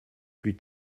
plus